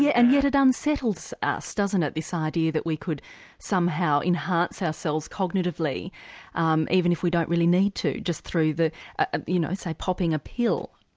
yeah and yet it unsettles us doesn't it, this ah idea that we could somehow enhance ourselves cognitively um even if we don't really need to, just through ah you know say popping a pill.